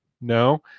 no